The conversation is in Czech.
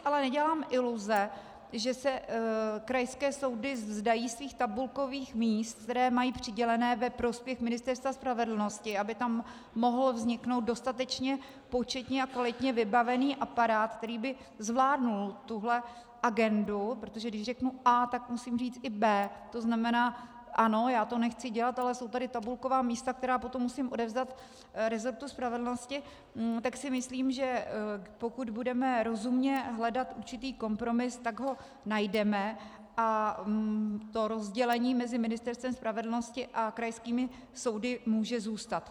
Ale protože si nedělám iluze, že se krajské soudy vzdají svých tabulkových míst, která mají přidělená, ve prospěch Ministerstva spravedlnosti, aby tam mohl vzniknout dostatečně početně a kvalitně vybavený aparát, který by zvládl tuhle agendu, protože když řeknu A, tak musím říct i B, to znamená ano, já to nechci dělat, ale jsou tady tabulková místa, která potom musím odevzdat resortu spravedlnosti, tak si myslím, že pokud budeme rozumně hledat určitý kompromis, tak ho najdeme a rozdělení mezi Ministerstvem spravedlnosti a krajskými soudy může zůstat.